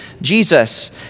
Jesus